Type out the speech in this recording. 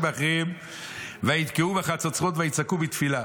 מאחוריהם ויתקעו בחצוצרות ויצעקו בתפילה.